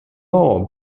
law